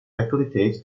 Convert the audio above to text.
facilitate